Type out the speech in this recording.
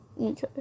Okay